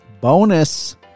Bonus